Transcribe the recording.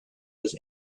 was